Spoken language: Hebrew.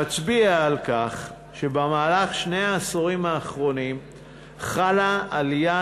מצביע על כך שבשני העשורים האחרונים חלה עלייה